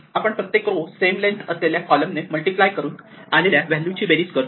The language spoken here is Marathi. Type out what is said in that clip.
आपण प्रत्येक रो सेम लेन्थ असलेल्या कॉलम ने मल्टिप्लाय करून आलेल्या व्हॅल्यू ची बेरीज करतो